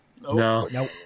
No